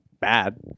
bad